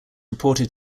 reported